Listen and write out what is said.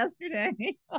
yesterday